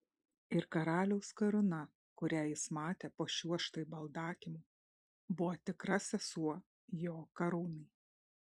ir karaliaus karūna kurią jis matė po šiuo štai baldakimu buvo tikra sesuo jo karūnai